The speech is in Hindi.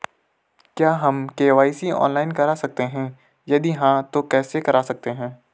क्या हम के.वाई.सी ऑनलाइन करा सकते हैं यदि हाँ तो कैसे करा सकते हैं?